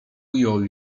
ujął